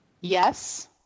Yes